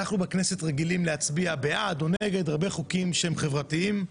אנחנו בכנסת רגילים להצביע בעד או נגד הרבה חוקים שהם חברתיים,